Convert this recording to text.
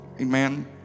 amen